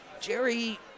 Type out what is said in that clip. Jerry